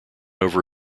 over